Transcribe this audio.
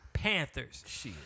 Panthers